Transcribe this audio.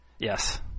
Yes